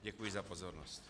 Děkuji za pozornost.